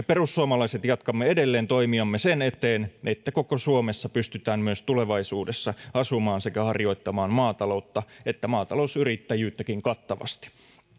perussuomalaiset jatkamme edelleen toimiamme sen eteen että koko suomessa pystytään myös tulevaisuudessa asumaan ja harjoittamaan maataloutta ja maatalousyrittäjyyttäkin kattavasti